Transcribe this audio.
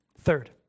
Third